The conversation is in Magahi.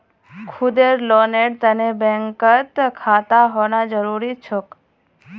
खुदेर लोनेर तने बैंकत खाता होना जरूरी छोक